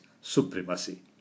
supremacy